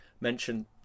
mentioned